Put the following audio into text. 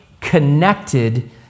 connected